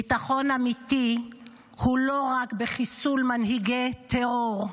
ביטחון אמיתי הוא לא רק בחיסול מנהיגי טרור.